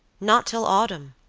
not till autumn.